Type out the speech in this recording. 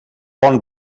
bon